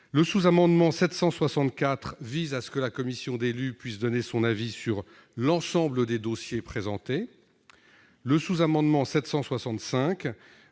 Ce sous-amendement tend à faire en sorte que la commission d'élus puisse donner son avis sur l'ensemble des dossiers présentés. Le sous-amendement n°